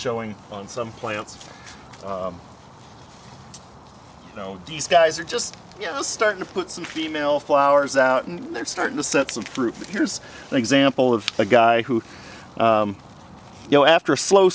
showing on some plants you know these guys are just you know starting to put some female flowers out and they're starting to set some fruit but here's an example of a guy who you know after a slow